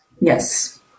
Yes